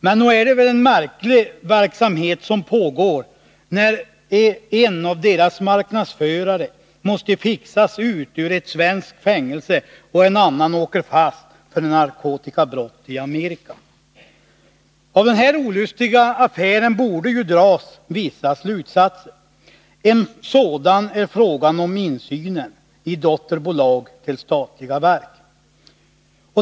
Men nog är det väl en märklig verksamhet som pågår när en av marknadsförarna måste fixas ut ur ett svenskt fängelse och en annan åker fast för narkotikabrott i Amerika. Av den här olustiga affären borde ju dras vissa slutsatser. En sådan gäller frågan om insynen i dotterbolag till statliga verk.